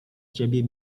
ciebie